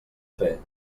fer